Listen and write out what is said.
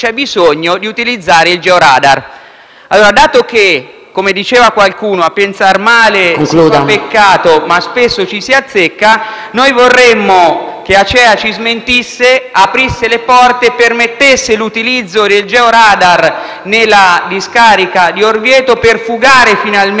Dato che, come diceva qualcuno, a pensar male si fa peccato, ma spesso ci si azzecca, vorremmo che l'Acea ci smentisse, aprisse le porte e permettesse l'utilizzo del georadar nella discarica di Orvieto, per fugare finalmente qualsiasi dubbio e per